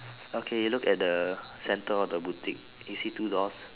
okay look at the center of the boutique did you see two doors